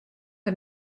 der